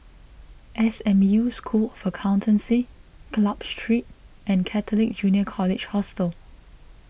S M U School of Accountancy Club Street and Catholic Junior College Hostel